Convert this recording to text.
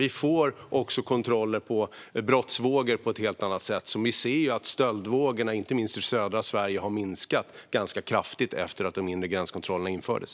Vi får också koll på brottsvågor på ett helt annat sätt. Vi ser att stöldvågorna, inte minst i södra Sverige, har minskat ganska kraftigt efter att de inre gränskontrollerna infördes.